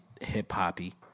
hip-hoppy